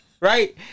right